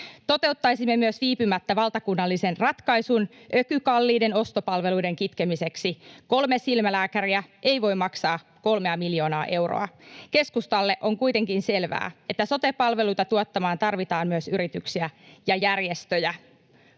Toteuttaisimme myös viipymättä valtakunnallisen ratkaisun ökykalliiden ostopalveluiden kitkemiseksi. Kolme silmälääkäriä ei voi maksaa kolme miljoonaa euroa. Keskustalle on kuitenkin selvää, että sote-palveluita tuottamaan tarvitaan myös yrityksiä ja järjestöjä.